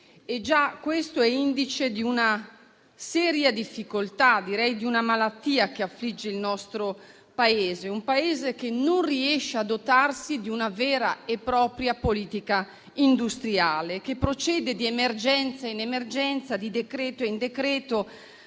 e già questo è indice di una seria difficoltà, direi di una malattia che affligge il nostro Paese, che non riesce a dotarsi di una vera e propria politica industriale e procede di emergenza in emergenza, di decreto in decreto,